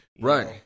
Right